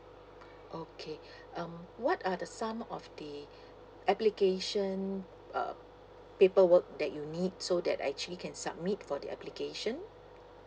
okay um what are the some of the application um paperwork that you need so that I actually can submit for the application